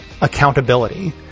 accountability